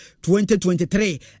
2023